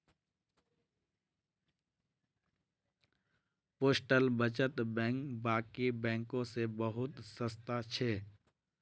postal बचत bank बाकी बैंकों से बहुत सस्ता छे